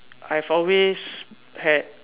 I've always had